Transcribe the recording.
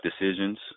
decisions